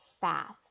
fast